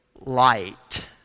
light